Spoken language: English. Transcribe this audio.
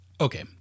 Okay